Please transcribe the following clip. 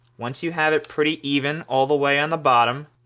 once you have it pretty even all the way on the bottom,